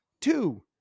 Two